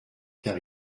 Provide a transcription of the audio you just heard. car